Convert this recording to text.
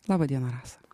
laba diena rasa